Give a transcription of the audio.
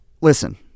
Listen